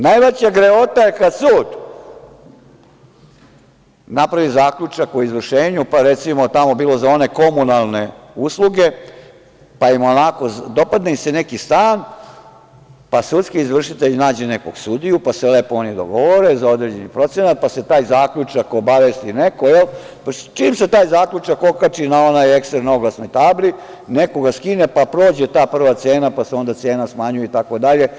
Najveća grehota je kad sud napravi zaključak o izvršenju, pa recimo, tamo bilo za one komunalne usluge, dopadne im se neki stan, pa sudski izvršitelj nađe nekog sudiju, pa se lepo oni dogovore za određeni procenat, pa se taj zaključak obavesti neko, jel, pa čim se taj zaključak okači na onaj ekser na oglasnoj tabli neko ga skine, pa prođe ta prva cena, pa se onda cena smanjuje itd.